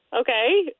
Okay